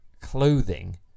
clothing